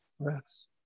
breaths